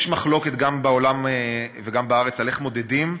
יש מחלוקת גם בעולם וגם בארץ איך מודדים,